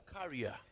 carrier